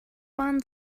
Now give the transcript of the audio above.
waren